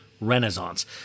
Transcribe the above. Renaissance